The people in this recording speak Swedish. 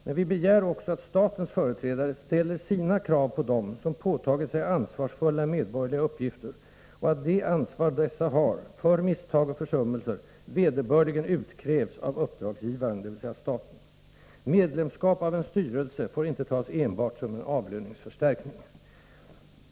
Men vi begär också att statens företrädare ställer sina krav på dem som påtagit sig ansvarsfulla medborgerliga uppgifter och att det ansvar dessa personer har för misstag och försummelser vederbörligen utkrävs av uppdragsgivaren, dvs. staten. Medlemskap i en styrelse får inte tas enbart som en avlöningsförstärkning.